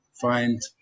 find